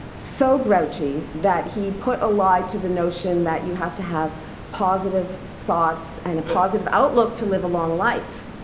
so grouchy that he put a lie to the notion that you have to have positive thoughts and a positive outlook to live a long life.